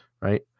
right